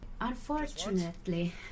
Unfortunately